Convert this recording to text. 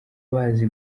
bazi